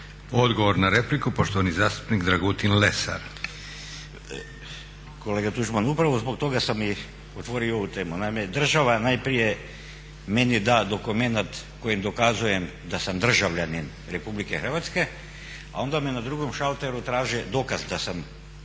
(Hrvatski laburisti - Stranka rada)** Kolega Tuđman, upravo zbog toga sam i otvorio ovu temu. Naime država najprije meni da dokumenat kojim dokazujem da sam državljanin RH a onda me na drugom šalteru traže dokaz da sam državljanin